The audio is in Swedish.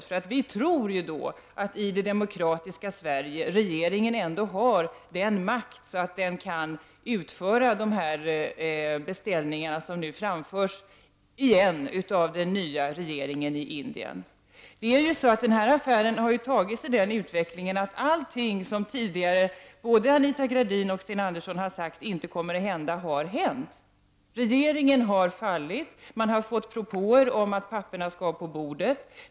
Vi tror att regeringen ändå i det demokratiska Sverige har den makten att den kan utföra de beställningar som framförts nu igen av den nya indiska regeringen. Den här affären har tagit sig den utvecklingen att allt som tidigare både Anita Gradin och Sten Andersson har sagt inte kommer att hända har hänt. Regeringen har fallit. Den har fått propåer om att papperen skall på bordet.